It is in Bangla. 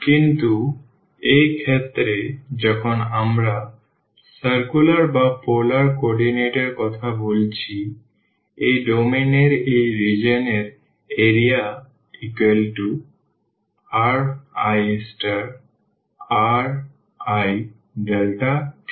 কিন্তু এই ক্ষেত্রে যখন আমরা সার্কুলার বা পোলার কোঅর্ডিনেট এর কথা বলছি এই ডোমেন এর এই রিজিওন এর এরিয়া ririi